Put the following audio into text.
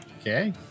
Okay